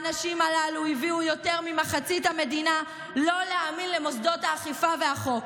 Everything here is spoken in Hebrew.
האנשים הללו הביאו יותר ממחצית המדינה לא להאמין למוסדות האכיפה והחוק.